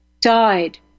died